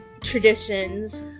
traditions